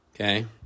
Okay